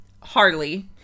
Harley